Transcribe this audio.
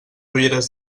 ulleres